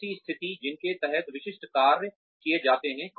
ऐसी स्थितियां जिनके तहत विशिष्ट कार्य किए जाते हैं